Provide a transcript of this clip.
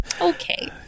Okay